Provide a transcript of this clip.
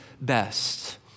best